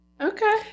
Okay